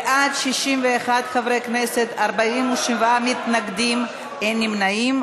בעד, 61 חברי כנסת, 47 מתנגדים, אין נמנעים.